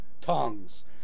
Tongues